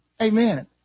Amen